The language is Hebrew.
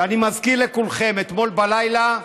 ואני מזכיר לכולכם: אתמול בלילה,